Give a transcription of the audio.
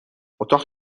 اتاق